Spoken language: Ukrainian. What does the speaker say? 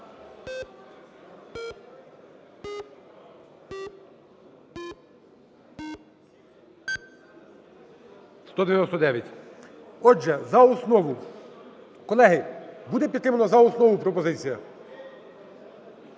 За-199 Отже, за основу, колеги, буде підтримана за основу пропозиція?